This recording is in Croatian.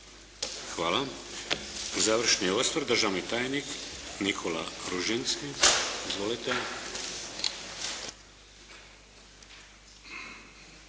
Hvala. Završni osvrt, državni tajnik Nikola Ružinski. Izvolite.